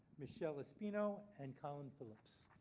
michelle espino and colin phillips.